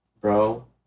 bro